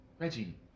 Reggie